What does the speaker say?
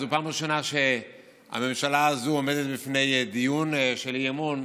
זו פעם ראשונה שהממשלה הזו עומדת בפני דיון של אי-אמון.